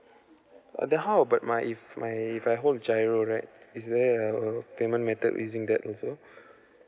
uh the how about my if my if I hold giro right is there a a payment method using that also